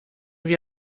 wir